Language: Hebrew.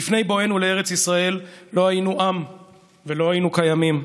"לפני בואנו לארץ ישראל לא היינו עם ולא היינו קיימים.